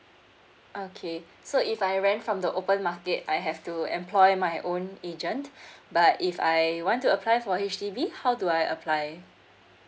okay so if I rent from the open market I have to employ my own agent but if I want to apply for H_D_B how do I apply